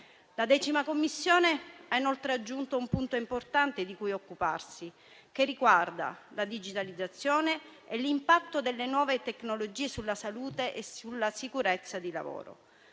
La 10a Commissione ha inoltre aggiunto un punto importante di cui occuparsi, che riguarda la digitalizzazione e l'impatto delle nuove tecnologie sulla salute e sulla sicurezza del lavoro.